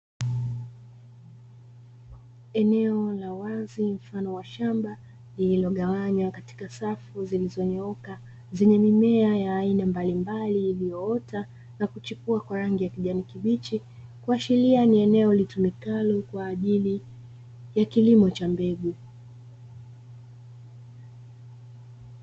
Eneo la wazi mfano wa shamba lililogawanywa katika safu zilizonyooka, zenye mimea ya aina mbalimbali iliyoota na kuchipua kwa rangi ya kijani kibichi. Kuashiria ni eneo litumikalo kwa ajili ya kilimo cha mbegu.